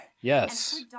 yes